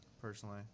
personally